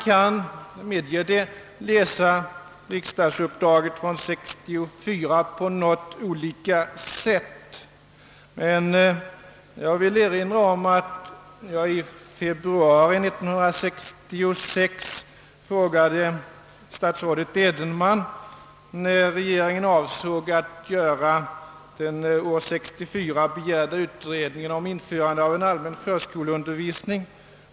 Jag medger att riksdagsuppdraget från 1964 kan tydas på något olika sätt. Jag vill dock erinra om att jag i februari 1966 frågade statsrådet Edenman när regeringen avsåg att göra den år 1964 begärda utredningen om införande av en allmän förskoleundervisning.